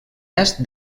est